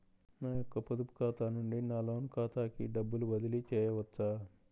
నా యొక్క పొదుపు ఖాతా నుండి నా లోన్ ఖాతాకి డబ్బులు బదిలీ చేయవచ్చా?